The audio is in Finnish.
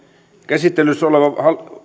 käsittelyssä oleva